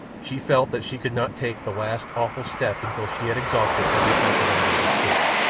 she felt that she could not take the last, awful step until she had exhausted every possibility of escape.